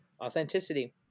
Authenticity